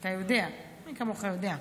אתה יודע, מי כמוך יודע.